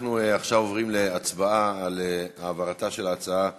אנחנו עכשיו עוברים להצבעה על העברתן של ההצעות לסדר-היום: